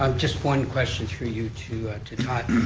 um just one question through you two, to todd.